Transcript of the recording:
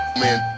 man